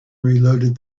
reloaded